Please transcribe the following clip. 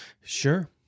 Sure